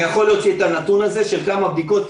אני יכול להוציא את הנתון הזה של מספר הבדיקות.